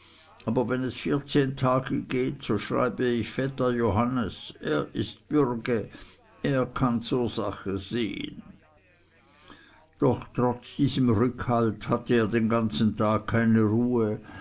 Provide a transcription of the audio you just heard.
aber wenn es vierzehn tage geht so schreibe ich vetter johannes er ist bürge er kann zur sache sehen doch trotz diesem rückhalt hatte er den ganzen tag keine ruhe